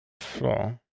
Floor